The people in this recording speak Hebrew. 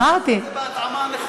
אם אתה כבר מקריא את זה,